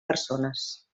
persones